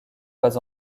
pas